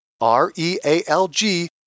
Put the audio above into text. R-E-A-L-G